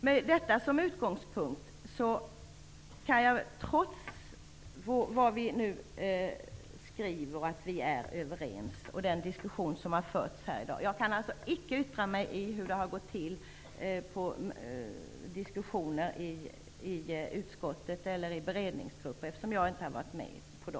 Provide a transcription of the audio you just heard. Med detta som utgångspunkt kan jag trots vad vi i utskottet nu skriver att vi är överens om och den diskussion som har förts här i dag icke yttra mig om hur det har gått till i diskussionerna i utskottet eller i beredningsgruppen eftersom jag inte har varit med.